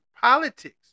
politics